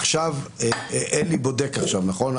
אלי בודק עכשיו, נכון?